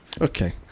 Okay